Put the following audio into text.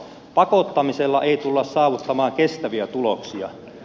pakottamisella ei tulla saavuttamaan kestäviä tuloksia